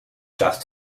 just